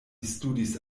studis